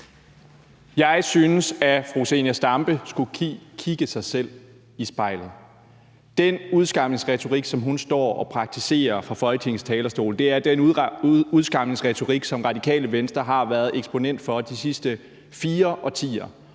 Jeg synes, at fru Zenia Stampe skulle kigge sig selv i spejlet. Den udskamningsretorik, som hun står og praktiserer fra Folketingets talerstol, er den udskamningsretorik, som Radikale Venstre har været eksponent for de sidste fire årtier